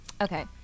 Okay